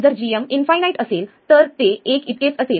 जर gm infinite असेल तर ते एक इतकेच असेल